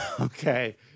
Okay